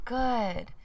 good